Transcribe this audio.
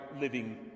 living